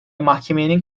mahkemenin